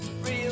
Real